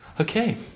Okay